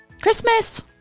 Christmas